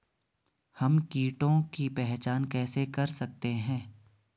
हम कीटों की पहचान कैसे कर सकते हैं?